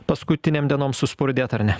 paskutinėm dienom suspurdėt ar ne